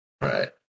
right